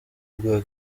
bwa